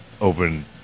open